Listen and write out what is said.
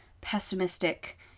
pessimistic